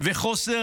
וחוסר